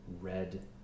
red